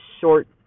short